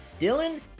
Dylan